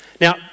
Now